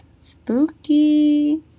spooky